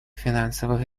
финансовых